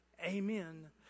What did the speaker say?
Amen